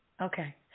Okay